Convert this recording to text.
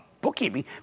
bookkeeping